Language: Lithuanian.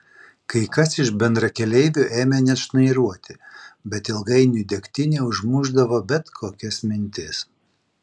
kai kas iš bendrakeleivių ėmė net šnairuoti bet ilgainiui degtinė užmušdavo bet kokias mintis